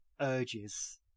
urges